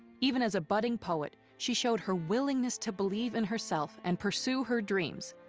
even as a budding poet, she showed her willingness to believe in herself, and pursue her dreams,